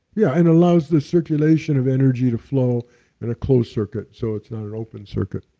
yeah and allows the circulation of energy to flow in a closed circuit, so it's not an open circuit.